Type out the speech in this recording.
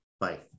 Bye